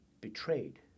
betrayed